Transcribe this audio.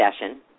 session